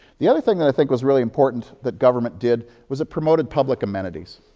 the other thing that i think was really important that government did was it promoted public amenities